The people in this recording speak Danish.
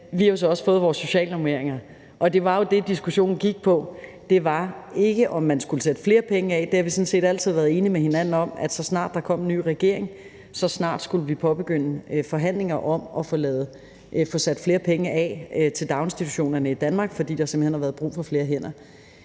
vi så også har fået vores socialnormeringer, og det var jo det, diskussionen gik på, og ikke på, om man skulle sætte flere penge af, for det har vi sådan set altid været enige med hinanden om, altså at så snart der kom en ny regering, så snart skulle vi påbegynde forhandlinger om at få sat flere penge af til daginstitutionerne i Danmark, fordi der simpelt hen har været brug for flere hænder.